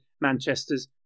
Manchester's